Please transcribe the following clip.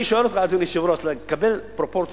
אני שואל אותך, אדוני היושב-ראש, לקבל פרופורציה.